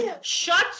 Shut